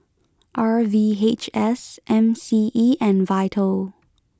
R V H S M C E and Vital